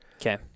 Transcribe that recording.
Okay